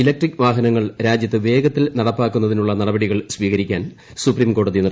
electric വാഹനങ്ങൾ രാജ്യത്ത് വേഗത്തിൽ നടപ്പാക്കുന്നതിനുള്ള നടപടികൾ സ്വീകരിക്കാൻ സുപ്രീംകോടതി നിർദ്ദേശം